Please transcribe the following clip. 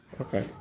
Okay